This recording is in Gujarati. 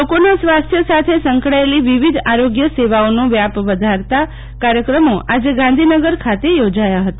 લોકોના સ્વાસ્થ્ય સાથે સંકળાયેલી વિવિધ આરોગ્ય સેવાઓનો વ્યાપ વધારતી કાર્યક્રમો આજે ગાંધીનગર ખાતે યોજાયા હતા